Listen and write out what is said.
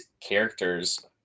characters